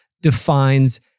defines